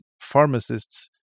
pharmacists